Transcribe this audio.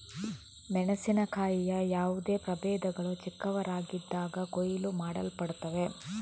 ಮೆಣಸಿನಕಾಯಿಯ ಯಾವುದೇ ಪ್ರಭೇದಗಳು ಚಿಕ್ಕವರಾಗಿದ್ದಾಗ ಕೊಯ್ಲು ಮಾಡಲ್ಪಡುತ್ತವೆ